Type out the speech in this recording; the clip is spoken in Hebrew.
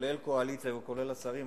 כולל קואליציה וכולל השרים,